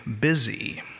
busy